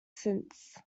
since